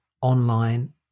online